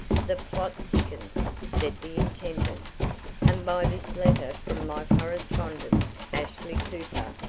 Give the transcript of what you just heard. the plot thickens, said the intendant and by this letter from my correspondent, ashley cooper,